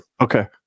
okay